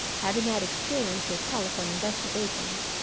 having had experience with telephone investigations,